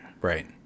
right